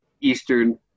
Eastern